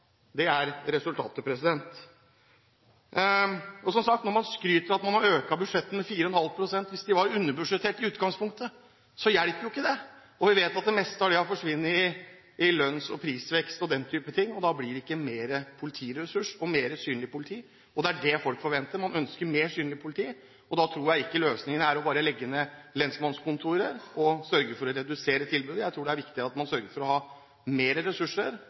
det. Vi vet at det meste av det har forsvunnet i lønns- og prisvekst og den type ting, og da blir det ikke mer politiressurser og mer synlig politi. Men det er det folk forventer. Man ønsker mer synlig politi. Da tror jeg ikke løsningen er bare å legge ned lensmannskontorer og redusere tilbudet. Jeg tror det er viktig at man sørger for å ha mer ressurser,